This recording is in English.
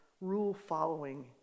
rule-following